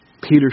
Peter